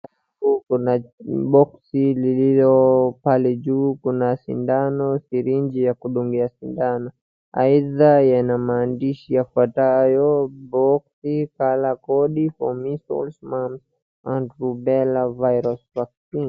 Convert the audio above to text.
Kuna boxi lililo pale juu, kuna sindano, sirinji ya kudungia sindano, aidha yana maandishi yafuatayo boxi color code for measles, mumps and rubella virus vaccine .